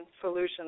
solutions